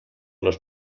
los